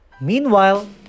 Meanwhile